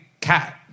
cat